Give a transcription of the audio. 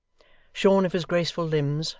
shorn of his graceful limbs,